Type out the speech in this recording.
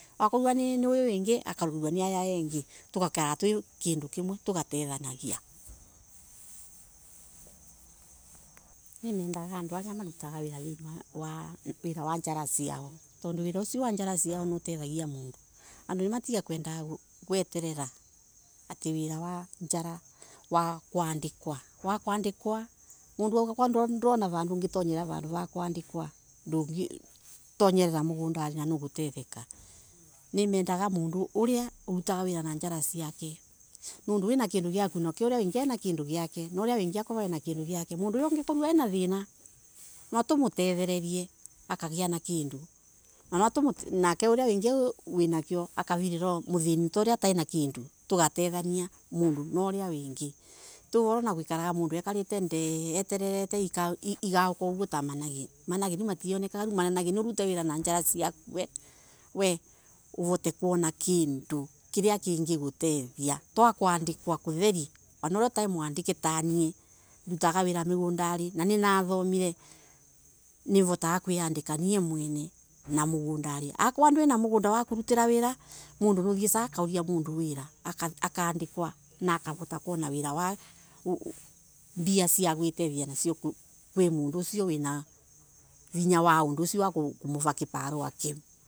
Warwarokwa ni uyu wingi tugakorwa twi kindu kimwe tugekara vamwe tugatethania. Nimendaga andu aria marutaga wira thiini wa wira wa njara ciao tondu cuira usio wa njara ciao niutethagia mundu andu nimatige kwendaga gweterera ati wira wa njara wira wa kuandikwa wakwandikwa mundu wakworwa ndorona vandu ungetunyeta vandu va kwandikwa ndugi. Tonyerera mugondari na niugutetheka nimendaga mundu uria urutaga wira na njara ciake nondu wina kindu giaku na uria wingii ina kindu giake mandu uria ungekorwa ina thina nwa tumutetheririe akagia na kindu nake uria wingi wina kio tukavirira muthiini uria utai na kindutugatethania mundu na uria wingi, tondu ururu na mundu gutinda ekarete nthiiutererete igauka uguo ta ta manage manage riu mationekaga. Urute wira na njaraciaku wee. Urote kwona kindu kiria gingi gutethia.